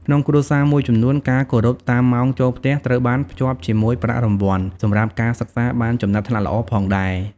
ក្នុងគ្រួសារមួយចំនួន ការគោរពតាមម៉ោងចូលផ្ទះត្រូវបានភ្ជាប់ជាមួយប្រាក់រង្វាន់សម្រាប់ការសិក្សាបានចំណាត់ថ្នាក់ល្អផងដែរ។